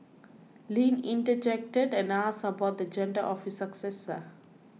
Lin interjected and asked about the gender of his successor